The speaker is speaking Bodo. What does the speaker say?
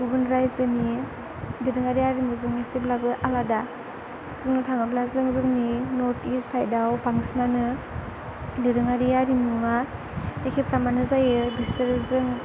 गुबुन रायजोनि दोरोङारि आरिमुजों एसेब्लाबो आलादा बुंनो थाङोब्ला जों जोंनि नर्थ इस्ट साइडआव बांसिनानो दोरोङारि आरिमुआ एखेफ्रामानो जायो बिसोरो जों